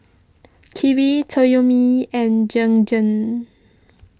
Kiwi Toyomi and Jergens